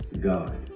God